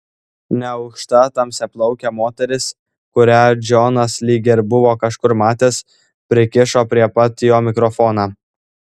neaukšta tamsiaplaukė moteris kurią džonas lyg ir buvo kažkur matęs prikišo prie pat jo mikrofoną